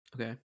Okay